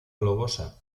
globosa